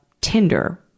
Tinder